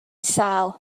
sâl